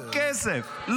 לא כסף.